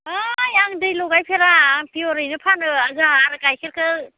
है आं दै लगायफेरा आं फियरैनो फानो जोंहा आरो गाइखेरखो